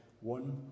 one